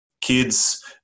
Kids